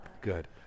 good